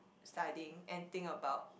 studying and think about